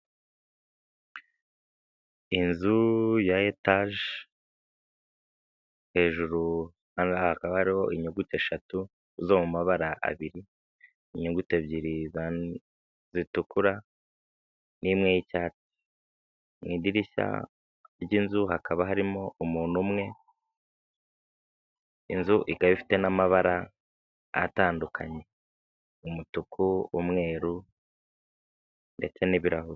Inzu ya etage hejuru hakaba hariho inyuguti eshatu zo mu mabara abiri, inyuguti ebyiri zitukura n'imwe y'icyatsi. Mu idirishya ry'inzu hakaba harimo umuntu umwe, inzu ikaba ifite n'amabara atandukanye, umutuku n'umweru ndetse n'ibirahuri.